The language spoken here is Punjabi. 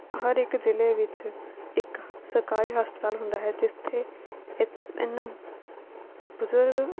ਹਰ ਇੱਕ ਜਿਲ੍ਹੇ ਵਿੱਚ ਇੱਕ ਸਰਕਾਰੀ ਹਸਪਤਾਲ ਹੁੰਦਾ ਹੈ ਜਿੱਥੇ ਇਹਨਾਂ ਬਜ਼ੁਰਗ